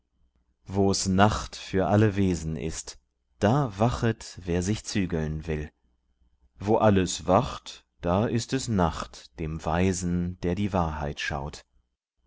wo's nacht für alle wesen ist da wachet wer sich zügeln will wo alles wacht da ist es nacht dem weisen der die wahrheit schaut